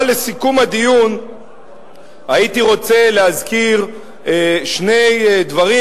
אבל לסיכום הדיון הייתי רוצה להזכיר שני דברים,